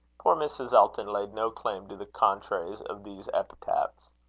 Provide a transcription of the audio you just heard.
poor mrs. elton laid no claim to the contraries of these epithets.